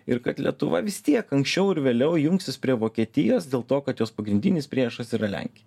ir kad lietuva vis tiek anksčiau ar vėliau jungsis prie vokietijos dėl to kad jos pagrindinis priešas yra lenkija